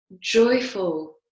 joyful